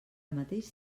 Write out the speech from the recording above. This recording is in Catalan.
mateix